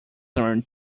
earned